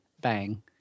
bang